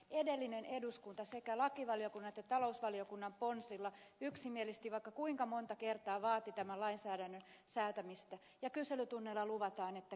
edellinen eduskunta sekä lakivaliokunnan että talousvaliokunnan ponsilla yksimielisesti vaikka kuinka monta kertaa vaati tämän lainsäädännön säätämistä ja kyselytunneilla luvattiin että kyllä tehdään